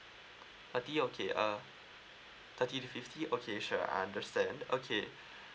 thirty okay uh thirty to fifty okay sure I understand okay